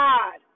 God